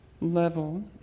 level